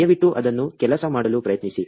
ದಯವಿಟ್ಟು ಅದನ್ನು ಕೆಲಸ ಮಾಡಲು ಪ್ರಯತ್ನಿಸಿ